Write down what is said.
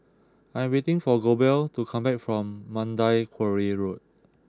I am waiting for Goebel to come back from Mandai Quarry Road